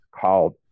called